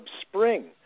Spring